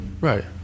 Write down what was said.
right